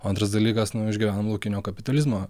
antras dalykas nu išgyvenom laukinio kapitalizmo